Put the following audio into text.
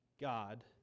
God